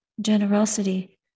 generosity